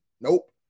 Nope